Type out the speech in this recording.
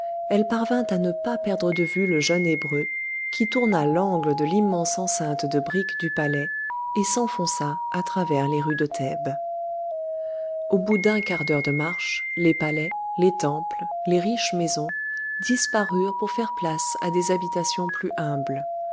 elle parvint à ne pas perdre de vue le jeune hébreu qui tourna l'angle de l'immense enceinte de briques du palais et s'enfonça à travers les rues de thèbes au bout d'un quart d'heure de marche les palais les temples les riches maisons disparurent pour faire place à des habitations plus humbles